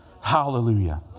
Hallelujah